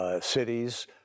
cities